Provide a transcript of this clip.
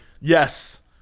Yes